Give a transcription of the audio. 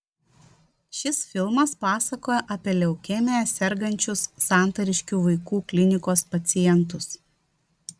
šis filmas pasakoja apie leukemija sergančius santariškių vaikų klinikos pacientus